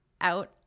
out